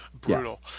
brutal